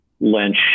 Lynch